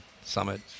Summit